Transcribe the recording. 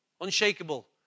Unshakable